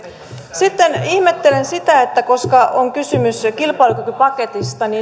sitten ihmettelen sitä koska on kysymys kilpailukykypaketista